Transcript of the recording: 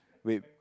wait